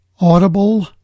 Audible